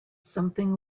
something